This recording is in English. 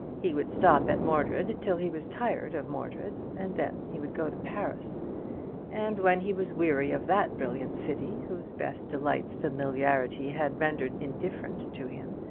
he would stop at mordred till he was tired of mordred, and then he would go to paris and when he was weary of that brilliant city, whose best delights familiarity had rendered indifferent to him,